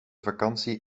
vakantie